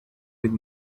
with